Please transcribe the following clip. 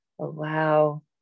allow